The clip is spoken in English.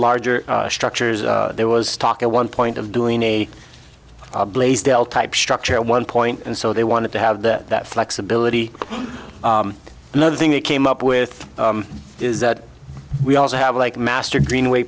larger structures there was talk at one point of doing a blaze del type structure at one point and so they wanted to have that flexibility another thing they came up with is that we also have like master greenway